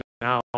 now